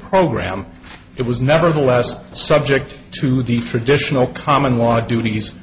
program it was nevertheless subject to the traditional common want duties